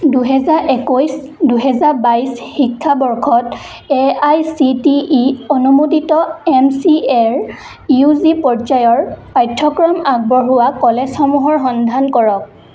দুহেজাৰ একৈছ দুহেজাৰ বাইছ শিক্ষাবৰ্ষত A I C T E অনুমোদিত এ চি এচৰ ইউ জি পৰ্যায়ৰ পাঠ্যক্ৰম আগবঢ়োৱা কলেজসমূহৰ সন্ধান কৰক